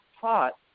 taught